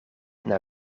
naar